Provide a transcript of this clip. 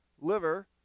liver